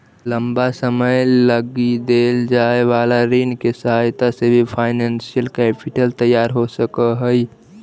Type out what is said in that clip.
लंबा समय लगी देल जाए वाला ऋण के सहायता से भी फाइनेंशियल कैपिटल तैयार हो सकऽ हई